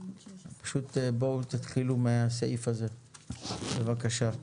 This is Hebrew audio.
פשוט, בואו תתחילו מהסעיף הזה, בבקשה.